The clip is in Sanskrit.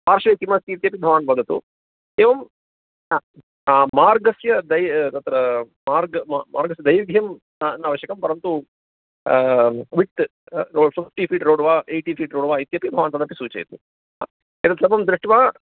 पार्श्वे किमस्ति इत्यपि भवान् वदतु एवं मार्गस्य द तत्र मार्ग मार्गस्य दैर्घ्यं न न आवश्यकं परन्तु वित्फ़्टि फ़ट् रोड् वा यटि फ़िट् रोड् इत्यपि भवान् तदपि सूचयतु एतत् सर्वं दृष्ट्वा